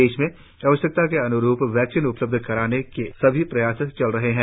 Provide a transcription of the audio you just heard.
देश में आवश्यकता के अन्रूप वैक्सीन उपलब्ध कराने के सभी प्रयास चल रहे हैं